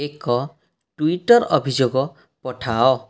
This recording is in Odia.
ଏକ ଟୁଇଟର ଅଭିଯୋଗ ପଠାଅ